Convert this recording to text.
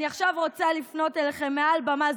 אני עכשיו רוצה לפנות אליכם מעל במה